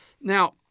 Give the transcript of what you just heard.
Now